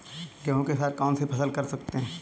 गेहूँ के साथ कौनसी फसल कर सकते हैं?